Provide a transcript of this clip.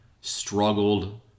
struggled